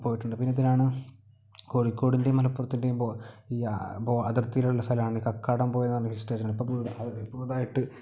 പോയിട്ടുണ്ട് പിന്നെ എന്തിനാണ് കോഴിക്കോടിൻ്റേം മലപ്പുറത്തിൻ്റെയും ഈ ബോ അതിർത്തിയിലുള്ള സ്ഥലമാണ് കക്കാടംപുഴ എന്ന് പറഞ്ഞ ഹിൽ സ്റ്റേഷൻ ഇപ്പം പുതിയതായിട്ട്